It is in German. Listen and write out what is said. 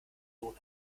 suche